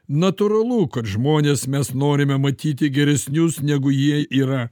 natūralu kad žmones mes norime matyti geresnius negu jie yra